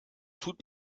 tut